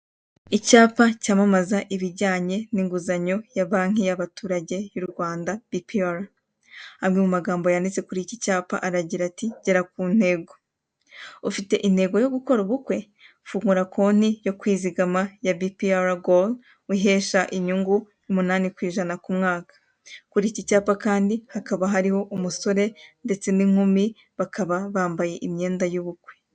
Icyapa cyamamaza ibijyanye n'inguzanyo ya banki y'abaturage y'Urwanda BPR. amwe mu magambo yanditse kuri iki cyapa aragira ati “gera ku ntego. ufite intego yo gukora ubukwe? fungura konti yo kwizigama ya BPR goru, wihesha inyungu umunani ku ijana ku mwaka. kuri iki cyapa kandi hakaba hariho umusore ndetse n'inkumi, bakaba bambaye imyenda y'ubukwe.